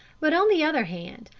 but, on the other hand,